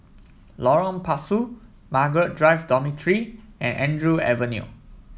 Lorong Pasu Margaret Drive Dormitory and Andrew Avenue